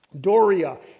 Doria